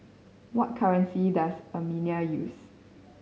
what currency does Armenia use